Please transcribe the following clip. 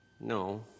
No